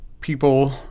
people